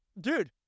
dude